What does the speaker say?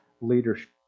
leadership